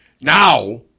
now